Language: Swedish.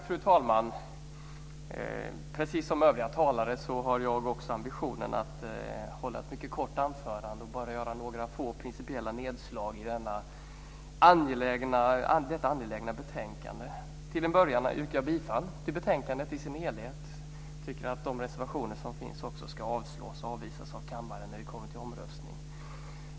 Fru talman! Precis som övriga talare har jag ambitionen att hålla ett mycket kort anförande och bara göra några få principiella nedslag i detta angelägna betänkande. Till en början yrkar jag bifall till utskottets förslag i dess helhet. Jag tycker att de reservationer som finns ska avslås och avvisas av kammaren när vi kommer till omröstning.